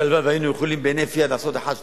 שהלוואי שהיינו יכולים בהינף יד לעשות אחת,